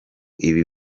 ibi